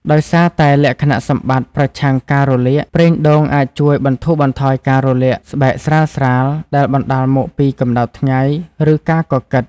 ដោយសារតែលក្ខណៈសម្បត្តិ ប្រឆាំងការរលាក ប្រេងដូងអាចជួយ បន្ធូរបន្ថយការរលាកស្បែកស្រាលៗ ដែលបណ្ដាលមកពីកម្ដៅថ្ងៃ ឬការកកិត។